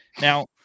Now